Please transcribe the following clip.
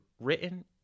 written